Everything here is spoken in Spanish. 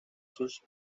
sus